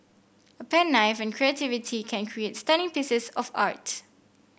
a pen knife and creativity can create stunning pieces of art